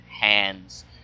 hands